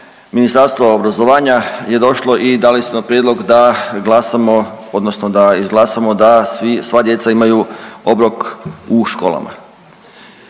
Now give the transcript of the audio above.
Ministarstvo obrazovanja je došlo i dali su nam prijedlog da glasamo odnosno da izglasamo da sva djeca imaju obrok u školama.